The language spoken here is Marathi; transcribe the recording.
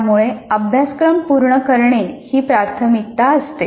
त्यामुळे अभ्यासक्रम पूर्ण करणे ही प्राथमिकता बनते